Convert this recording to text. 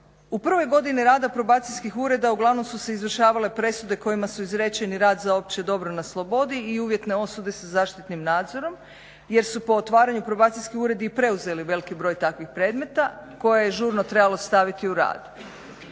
U prvoj godini rada probacijskih ureda uglavnom su se izvršavale presude kojima su izrečeni rad za opće dobro na slobodi i uvjetne osude sa zaštitnim nadzorom jer su po otvaranju probacijski uredi i preuzeli veliki broj takvih predmeta koje je žurno trebalo staviti u rad.